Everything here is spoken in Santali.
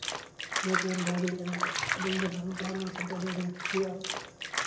ᱱᱤᱭᱟᱹ ᱠᱚᱵᱚᱱ ᱵᱟᱲᱟᱭ ᱫᱟᱲᱮᱭᱟᱜᱼᱟ ᱟᱫᱚ ᱤᱧᱫᱚ ᱱᱟᱜᱟᱢ ᱯᱟᱲᱦᱟᱣ ᱚᱱᱟ ᱥᱟᱶᱛᱮ ᱟᱹᱰᱤ ᱟᱸᱴᱤᱧ ᱠᱩᱥᱤᱭᱟᱜᱼᱟ